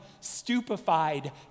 stupefied